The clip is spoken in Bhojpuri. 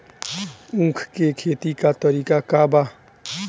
उख के खेती का तरीका का बा?